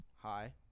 hi